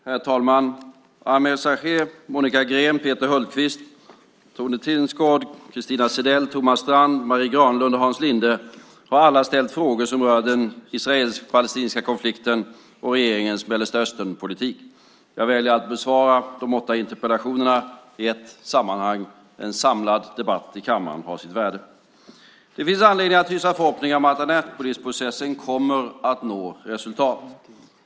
Herr talman! Ameer Sachet, Monica Green, Peter Hultqvist, Tone Tingsgård, Christina Zedell, Thomas Strand, Marie Granlund och Hans Linde har alla ställt frågor som rör den israelisk-palestinska konflikten och regeringens Mellanösternpolitik. Jag väljer att besvara de åtta interpellationerna i ett sammanhang. En samlad debatt i kammaren har sitt värde. Det finns anledning att hysa förhoppningar om att Annapolisprocessen kommer att nå resultat.